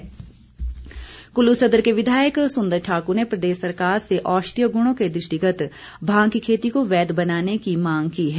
भांग कुल्लू सदर के विधायक सुंदर ठाकुर ने प्रदेश सरकार से औषधीय गुणों के दृष्टिगत भांग की खेती को वैध बनाने की मांग की है